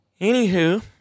anywho